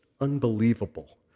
unbelievable